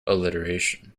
alliteration